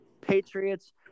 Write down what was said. Patriots